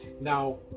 Now